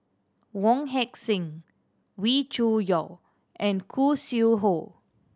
Wong Heck Sing Wee Cho Yaw and Khoo Sui Hoe